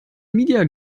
media